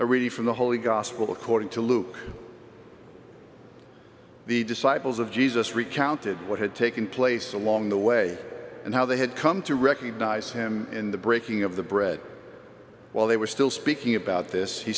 are ready for the holy gospel according to luke the disciples of jesus recounted what had taken place along the way and how they had come to recognize him in the breaking of the bread while they were still speaking about